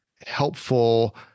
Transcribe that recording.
helpful